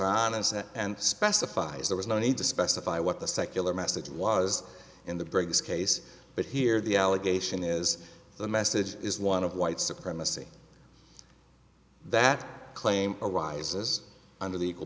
said and specifies there was no need to specify what the secular message was in the briggs case but here the allegation is the message is one of white supremacy that claim arises under